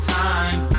time